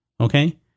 Okay